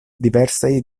diversaj